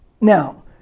Now